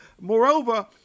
moreover